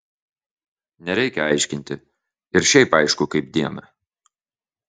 nereikia aiškinti ir šiaip aišku kaip dieną